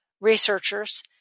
researchers